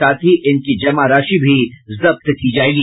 साथ ही इनकी जमा राशि भी जब्त की जायेगी